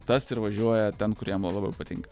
tas ir važiuoja ten kur jam labiau patinka